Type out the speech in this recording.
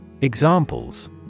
Examples